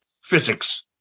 physics